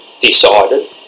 decided